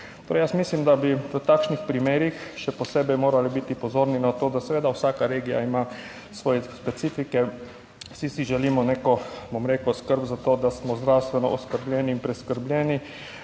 mislim, da bi v takšnih primerih še posebej morali biti pozorni na to, da seveda vsaka regija ima svoje specifike. Vsi si želimo neko, bom rekel, skrb za to, da smo zdravstveno oskrbljeni in preskrbljeni.